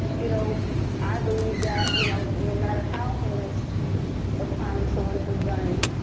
you know i believe that, you know, no matter how heinous a crime someone has done